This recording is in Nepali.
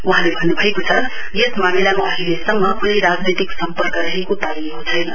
वहाँले भन्नुभएको छ यस मामिलामा अहिलेसम्म कुनै राजनैतिक सम्पर्क रहेको पाइएको छैन